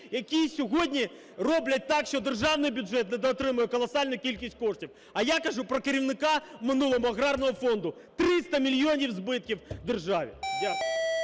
які сьогодні роблять так, що державний бюджет недоотримує колосальну кількість коштів. А я кажу про керівника в минулому Аграрного фонду. 300 мільйонів збитків державі.